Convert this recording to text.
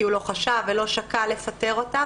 כי הוא לא חשב ולא שקל לפטר אותה,